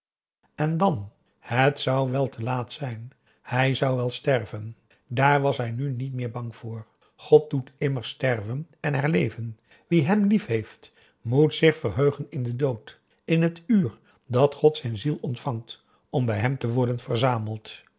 en dan het zou wel te laat zijn hij zou wel sterven daar was hij nu niet meer bang voor god doet immers sterven en herleven wie hem liefheeft moet zich verheugen in den dood in het uur dat god zijn ziel ontvangt om bij hem te worden verzameld